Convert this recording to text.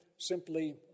simply